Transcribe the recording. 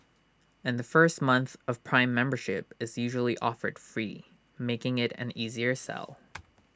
and the first month of prime membership is usually offered free making IT an easier sell